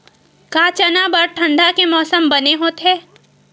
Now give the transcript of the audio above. का चना बर ठंडा के मौसम बने होथे?